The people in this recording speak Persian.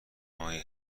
نوعی